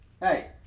Hey